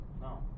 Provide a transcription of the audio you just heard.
No